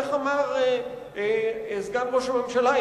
איך אמר סגן ראש הממשלה?